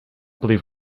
believe